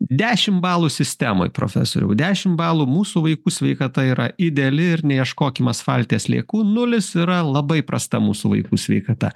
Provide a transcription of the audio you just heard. dešim balų sistemoj profesoriau dešim balų mūsų vaikų sveikata yra ideali ir neieškokim asfalte sliekų nulis yra labai prasta mūsų vaikų sveikata